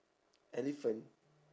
elephant